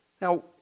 Now